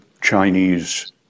Chinese